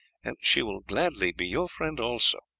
and she will gladly be your friend also.